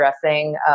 dressing